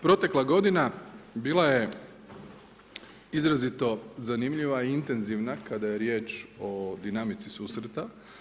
Protekla godina bila je izrazito zanimljiva i intenzivna kada je riječ o dinamici susreta.